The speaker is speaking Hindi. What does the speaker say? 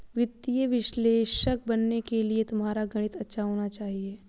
वित्तीय विश्लेषक बनने के लिए तुम्हारा गणित अच्छा होना चाहिए